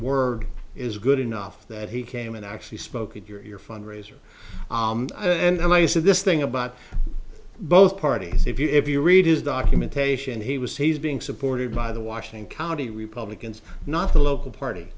word is good enough that he came and actually spoke at your fundraiser and i said this thing about both parties if you read his documentation he was he's being supported by the washington county republicans not the local party